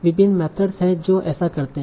विभिन्न मेथड्स हैं जो ऐसा करते हैं